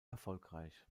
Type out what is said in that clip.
erfolgreich